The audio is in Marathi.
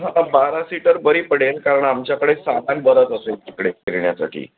हां बारा सीटर बरी पडेल कारण आमच्याकडे सामान बरंच असेल तिकडे फिरण्यासाठी